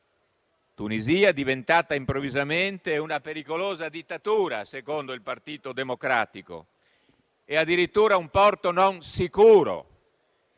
Tunisia, diventata improvvisamente una pericolosa dittatura, secondo il Partito Democratico, e addirittura un porto non sicuro.